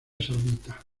saudita